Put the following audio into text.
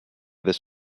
this